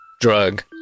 drug